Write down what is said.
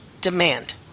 demand